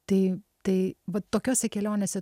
tai tai vat tokiose kelionėse